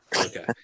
Okay